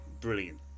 brilliant